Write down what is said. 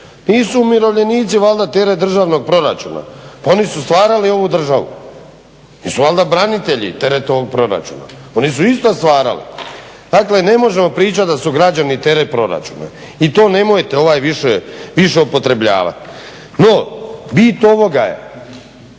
Nisu umirovljenici valjda teret državnog proračuna? Pa oni su stvarali ovu državu. Nisu valjda branitelja teret ovog proračuna? Oni su isto stvarali. Dakle, ne možemo pričati da su građani teret proračuna i to nemojte više upotrebljavati. No, bit ovoga je,